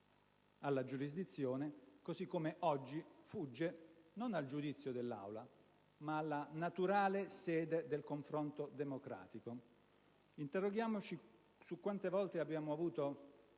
alla giurisdizione, così come oggi fugge non al giudizio dell'Aula, ma alla naturale sede del confronto democratico. Interroghiamoci su quante volte abbiamo avuto